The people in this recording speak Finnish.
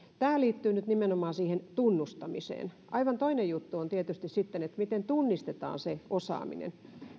tämä liittyy nyt nimenomaan siihen tunnustamiseen aivan toinen juttu on sitten tietysti se miten tunnistetaan se osaaminen